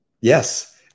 Yes